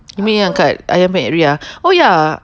you mean angkat ayam merah oh ya